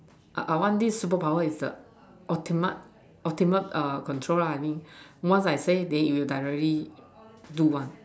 I I want this superpower is the ultimate ultimate uh control lah I mean once I say you directly do one